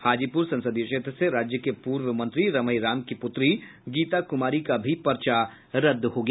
हाजीपुर संसदीय क्षेत्र से राज्य के पूर्व मंत्री रमई राम की पुत्री गीता कुमारी का भी पर्चा रद्द हो गया